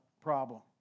problem